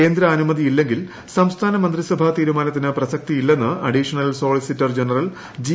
കേന്ദ്രാനുമതിയില്ലെങ്കിൽ സംസ്ഥാന മന്ത്രിസഭാ തീരുമാനത്തിന് പ്രസക്തിയില്ലെന്ന് അഡീഷണൽ സോളിസിറ്റർ ജനറൽ ജി